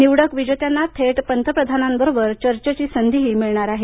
निवडक विजेत्यांना थेट पंतप्रधानांबरोबर चर्चेची संधी मिळणार आहे